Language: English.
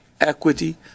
equity